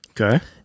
Okay